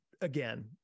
again